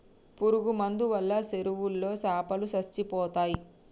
పురుగు మందు వాళ్ళ చెరువులో చాపలో సచ్చిపోతయ్